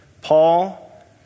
Paul